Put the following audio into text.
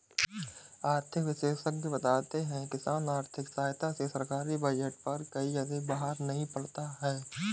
आर्थिक विशेषज्ञ बताते हैं किसान आर्थिक सहायता से सरकारी बजट पर कोई अधिक बाहर नहीं पड़ता है